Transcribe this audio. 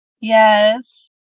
yes